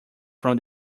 from